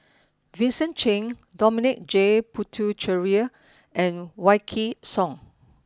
Vincent Cheng Dominic J Puthucheary and Wykidd Song